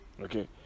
Okay